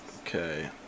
okay